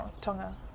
Tonga